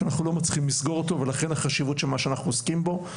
שאנחנו לא מצליחים לסגור אותו ולכן החשיבות של מה שאנחנו עוסקים בו,